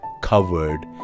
covered